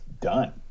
done